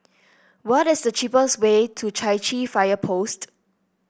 what is the cheapest way to Chai Chee Fire Post